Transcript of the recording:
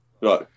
Right